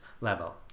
level